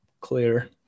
clear